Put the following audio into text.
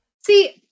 see